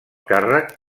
càrrec